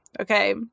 Okay